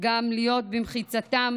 גם לחיות במחיצתם